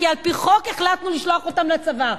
כי על-פי חוק החלטנו לשלוח אותם לצבא,